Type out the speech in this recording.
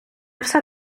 все